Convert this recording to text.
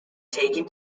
taken